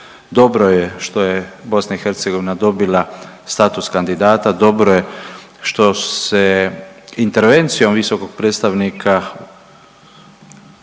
Dobro je što je BiH dobila status kandidata, dobro je što se intervencijom visokog predstavnika,